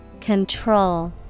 Control